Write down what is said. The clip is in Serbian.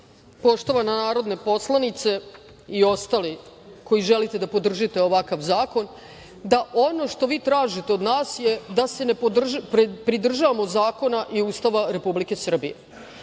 poštovana narodna poslanice i ostali koji želite da podržite ovakav zakon da ono što vi tražite od nas je da se pridržavamo zakona i Ustava Republike Srbije. Zakon